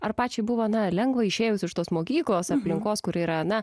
ar pačiai buvo na lengva išėjus iš tos mokyklos aplinkos kuri yra na